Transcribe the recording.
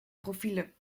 profielen